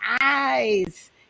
eyes